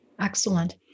excellent